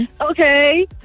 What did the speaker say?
Okay